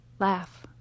Laugh